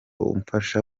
umfasha